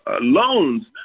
loans